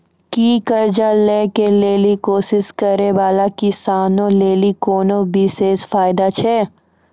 कि कर्जा लै के लेली कोशिश करै बाला किसानो लेली कोनो विशेष फायदा छै?